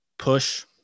push